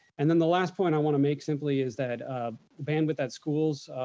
and then the last point i wanna make simply is that um bandwidth at schools,